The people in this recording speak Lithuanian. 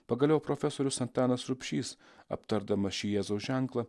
pagaliau profesorius antanas rubšys aptardamas šį jėzaus ženklą